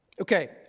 Okay